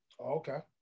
Okay